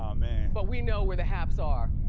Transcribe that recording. um man. but we know where the haps are.